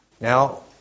Now